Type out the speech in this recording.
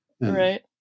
Right